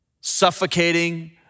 suffocating